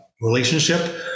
relationship